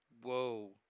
Whoa